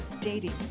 dating